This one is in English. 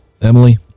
Emily